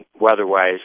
weather-wise